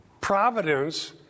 providence